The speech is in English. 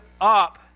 up